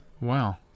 wow